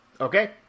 Okay